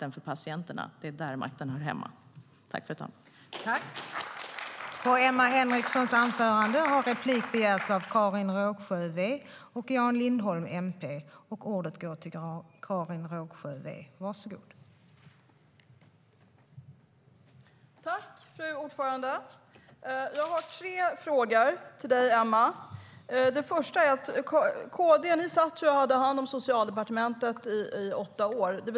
Det är hos patienterna makten hör hemma.